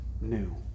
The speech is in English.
new